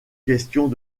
questions